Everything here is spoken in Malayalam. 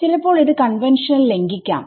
ചിലപ്പോൾ ഇത് കൺവെൻഷണൽ ലംഘിക്കാം